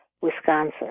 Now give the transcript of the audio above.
Wisconsin